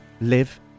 live